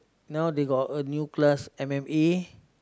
now they got a new class m_m_a